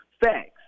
facts